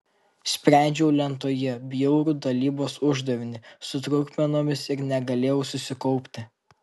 sprendžiau lentoje bjaurų dalybos uždavinį su trupmenomis ir negalėjau susikaupti